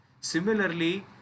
Similarly